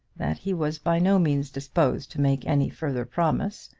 that he was by no means disposed to make any further promise,